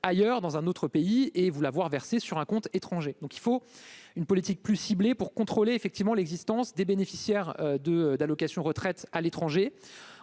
ailleurs dans un autre pays et vous l'avoir versé sur un compte étranger, donc il faut une politique plus ciblée pour contrôler effectivement l'existence des bénéficiaires de d'allocation retraite à l'étranger,